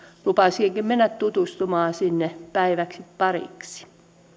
lupasinkin mennä tutustumaan sinne päiväksi pariksi